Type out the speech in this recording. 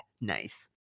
nice